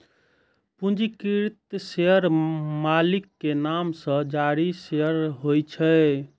पंजीकृत शेयर मालिक के नाम सं जारी शेयर होइ छै